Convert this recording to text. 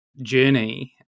journey